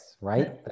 right